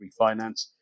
refinance